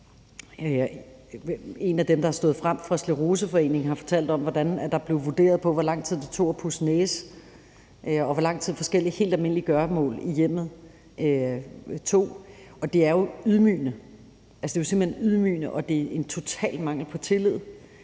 En af dem, der har stået frem fra Scleroseforeningen, har fortalt om, hvordan der blev vurderet på, hvor lang tid det tog at pudse næse, og hvor lang tid forskellige helt almindelige gøremål i hjemmet tog, og det er ydmygende. Det er jo simpelt hen ydmygende, og det er en total mangel på tillid,